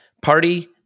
Party